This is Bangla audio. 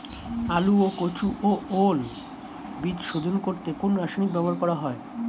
আলু ও কচু ও ওল বীজ শোধন করতে কোন রাসায়নিক ব্যবহার করা হয়?